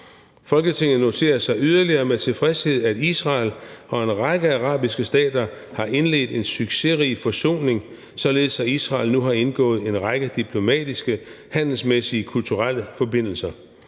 Folketinget noterer yderligere med tilfredshed, at Israel og en række arabiske stater har indledt en succesrig forsoning, således at Israel nu har indgået en række diplomatiske, handelsmæssige, kulturelle forbindelser.